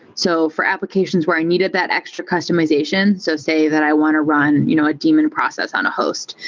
so for applications where i needed that extra customization, so say that i want to run you know a daemon process on a host,